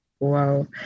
wow